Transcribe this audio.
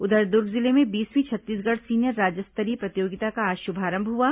उधर दूर्ग जिले में बीसवीं छत्तीसगढ़ सीनियर राज्य स्तरीय प्रतियोगिता का आज शुभारंभ हुआ